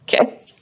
Okay